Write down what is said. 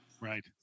Right